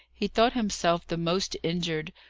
he thought himself the most injured,